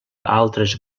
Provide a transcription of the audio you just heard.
altres